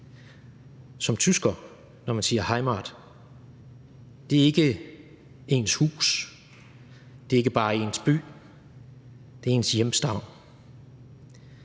som tysker, når man siger heimat. Det er ikke ens hus, det er ikke bare ens by, det er ens hjemstavn.